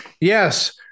Yes